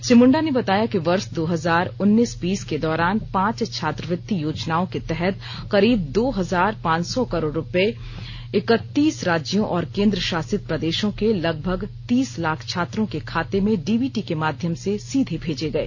श्री मुंडा ने बताया कि वर्ष दो हजार उन्नीस बीस के दौरान पांच छात्रवृत्ति योजनाओं के तहत करीब दो हजार पांच सौ करोड़ रूपये इक्कतीस राज्यों और केन्द्रशासित प्रदेशों के लगभग तीस लाख छात्रों के खाते में डीबीटी के माध्यम से सीधे भेजे गए